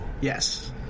Yes